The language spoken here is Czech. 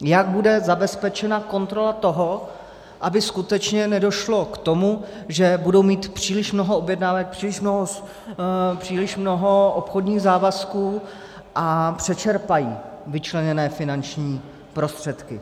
Jak bude zabezpečena kontrola toho, aby skutečně nedošlo k tomu, že budou mít příliš mnoho objednávek, příliš mnoho obchodních závazků a přečerpají vyčleněné finanční prostředky?